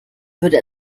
würde